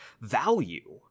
value